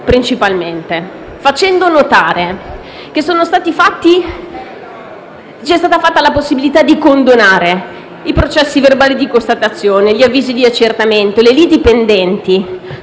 principalmente in cinque modi. Abbiamo fatto notare che è stata data la possibilità di condonare i processi verbali di constatazione, gli avvisi di accertamento, le liti pendenti: